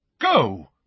go